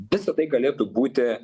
visa tai galėtų būti